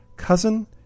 Cousin